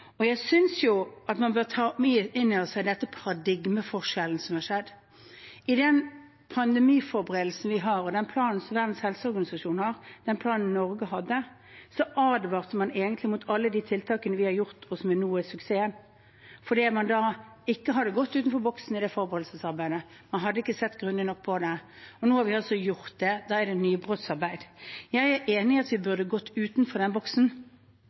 Jeg synes at man bør ta inn over seg det paradigmeskiftet som har skjedd. I den pandemiforberedelsen vi har, og den planen for den som Verdens helseorganisasjon har, den planen Norge hadde, advarte man egentlig mot alle de tiltakene vi har hatt, og som nå er suksess, fordi man ikke hadde tenkt utenfor boksen i forberedelsesarbeidet, man hadde ikke sett grundig nok på det. Nå har vi altså gjort det, da er det nybrottsarbeid. Jeg er enig i at vi burde tenkt utenfor den